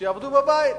שיעבדו בבית.